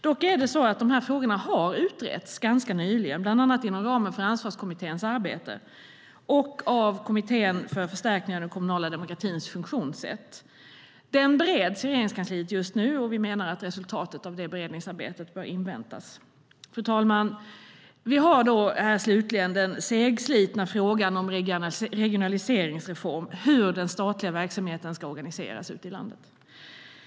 Dock är det så att de här frågorna har utretts ganska nyligen, bland annat inom ramen för Ansvarskommitténs arbete och av Kommittén om förstärkning av den kommunala demokratins funktionssätt. Den bereds i Regeringskansliet just nu, och vi menar att resultatet av det beredningsarbetet bör inväntas. Fru talman! Vi har slutligen den segslitna frågan om en regionaliseringsreform, det vill säga hur den statliga verksamheten ska organiseras ute i landet.